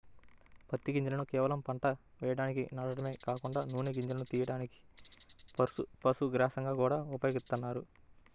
పత్తి గింజలను కేవలం పంట వేయడానికి నాటడమే కాకుండా నూనెను తియ్యడానికి, పశుగ్రాసంగా గూడా ఉపయోగిత్తన్నారు